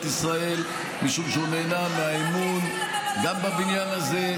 ישראל משום שהוא נהנה מאמון גם בבניין הזה,